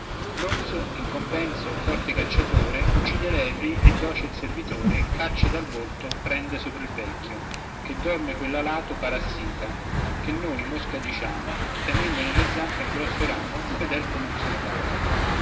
l'orso in compenso forte cacciatore uccide lepri e docil servitore caccia dal volto prende sopra il vecchio che dorme quell'alato parassita che noi mosca diciamo tenendo nelle zampe un grosso ramo fedel come un soldato